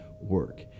work